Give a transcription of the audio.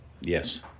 Yes